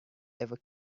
ever